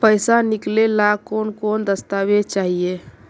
पैसा निकले ला कौन कौन दस्तावेज चाहिए?